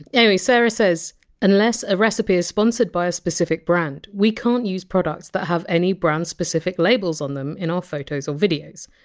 anyway, sarah says unless a recipe is sponsored by a specific brand, we can't use products that have any brand specific labels on them in our photos or videos.